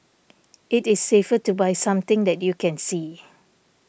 it is safer to buy something that you can see